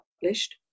published